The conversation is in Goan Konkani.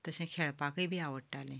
तशें खेळपाकय बी आवडटालें